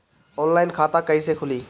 Online खाता कईसे खुलि?